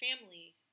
family